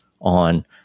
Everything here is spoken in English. on